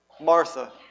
Martha